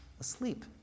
asleep